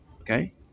Okay